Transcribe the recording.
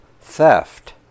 theft